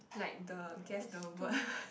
like the guess the word